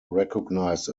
recognized